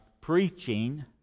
preaching